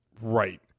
Right